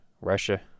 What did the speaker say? Russia